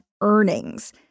earnings